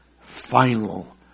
final